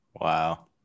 Wow